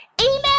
email